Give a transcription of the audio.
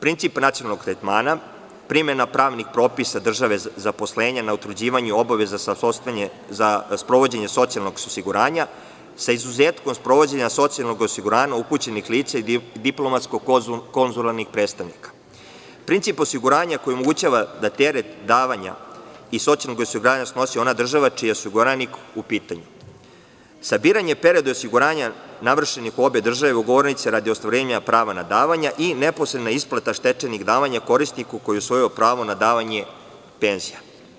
Princip nacionalnog tretmana, primena pravnih propisa države zaposlenja na utvrđivanju obaveza za sprovođenje socijalnog osiguranja sa izuzetkom sprovođenja socijalnog osiguranja upućenih lica i diplomatsko-konzularnih predstavnika, princip osiguranja koji omogućava da teret davanja socijalnog osiguranja snosi ona država čiji je osiguranik u pitanju, sabiranje perioda osiguranja navršenog u obe države ugovornice radi ostvarivanja prava na davanja i neposredna isplata stečenih davanja korisniku koji je usvojio pravo na davanje penzija.